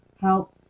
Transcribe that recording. help